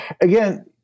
again